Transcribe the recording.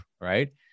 right